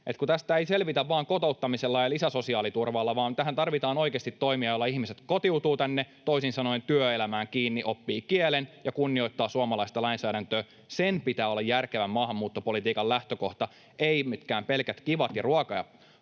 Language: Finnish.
kun tästä ei selvitä vain kotouttamisella ja lisäsosiaaliturvalla, vaan tähän tarvitaan oikeasti toimia, joilla ihmiset kotiutuvat tänne, toisin sanoen pääsevät työelämään kiinni, oppivat kielen ja kunnioittavat suomalaista lainsäädäntöä. Sen pitää olla järkevän maahanmuuttopolitiikan lähtökohta, eivät mitkään pelkät kivat ruoka-